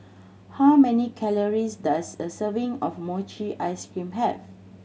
how many calories does a serving of mochi ice cream have